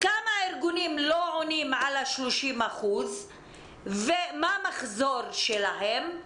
כמה ארגונים לא עונים על ה-30% ומה המחזור שלהם,